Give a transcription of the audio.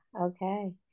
Okay